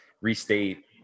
restate